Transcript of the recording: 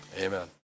Amen